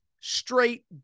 straight